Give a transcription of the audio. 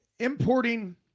Importing